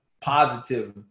positive